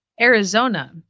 Arizona